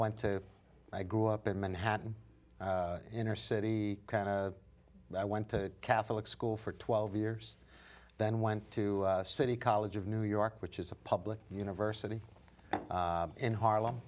went to i grew up in manhattan inner city kind of i went to catholic school for twelve years then went to city college of new york which is a public university in harlem